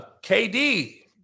KD